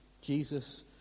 Jesus